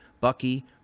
Bucky